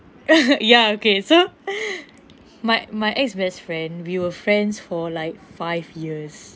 ya okay so my my ex best friend we were friends for like five years